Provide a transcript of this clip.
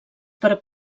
per